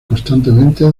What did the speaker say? constantemente